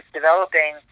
developing